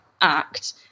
act